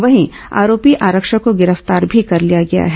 वहीं आरोपी आरक्षक को गिरफ्तार भी कर लिया गया है